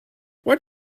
what